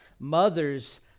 Mothers